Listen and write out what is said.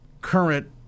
current